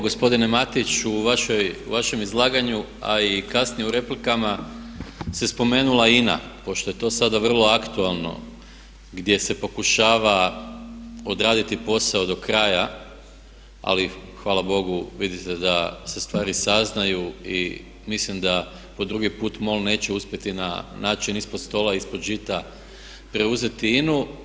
Gospodine Matiću, u vašem izlaganu a i kasnije u replikama se spomenula INA, pošto je to sada vrlo aktualno gdje se pokušava odraditi posao do kraja ali hvala Bogu, vidite da se stvari saznaju i mislim da po drugi put MOL neće uspjeti na način ispod stola, ispod žita preuzeti INA-u.